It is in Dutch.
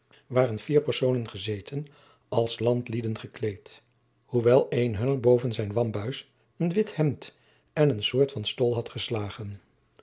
waren vier personen jacob van lennep de pleegzoon gezeten als landlieden gekleed hoewel een hunner boven zijn wambuis een wit hemd en eene soort van stool had geslagen